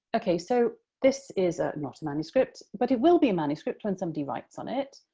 okay, so this is a not a manuscript, but it will be a manuscript when somebody writes on it,